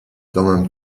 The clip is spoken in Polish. domem